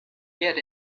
get